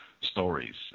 stories